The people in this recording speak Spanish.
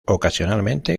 ocasionalmente